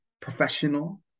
professional